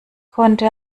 konnte